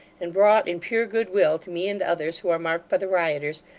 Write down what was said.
and brought, in pure goodwill to me and others, who are marked by the rioters,